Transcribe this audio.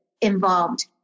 involved